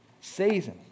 season